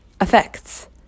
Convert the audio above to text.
effects